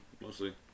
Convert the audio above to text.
mostly